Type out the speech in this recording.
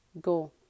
go